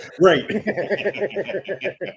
Right